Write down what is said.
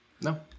no